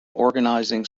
organising